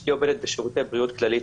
אשתי עובדת בשירותי בריאות כללית,